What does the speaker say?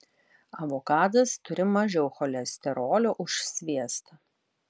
avokadas turi mažiau cholesterolio už sviestą